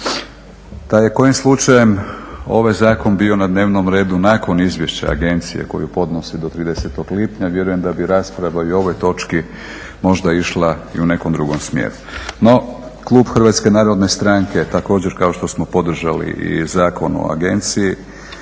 Da je kojim slučajem ovaj zakon bio na dnevnom redu nakon izvješća agencije koju podnosi do 30. lipnja vjerujem da bi rasprava i o ovoj točki možda išla i u nekom drugom smjeru. No, klub HNS-a također kao što smo podržali i Zakon o agenciji